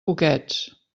poquets